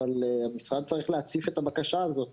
אבל המשרד צריך להציף את הבקשה הזאת